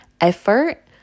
effort